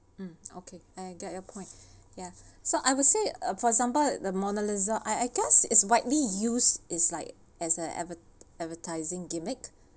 um okay I get your point ya so I would say uh for example the mona lisa I I guess it's widely used it;s like as a adver~ advertising gimmicks